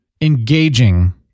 engaging